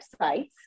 websites